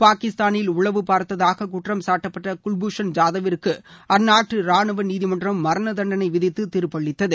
பாகிஸ்தானில் உளவு பார்த்ததாக குற்றம் சாட்டப்பட்ட குல்பூஷன் ஜாதவிற்கு அந்நாட்டு ரானுவ நீதிமன்றம் மரண தண்டனை விதித்து தீர்ப்பளித்தது